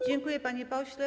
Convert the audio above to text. Dziękuję, panie pośle.